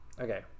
okay